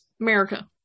America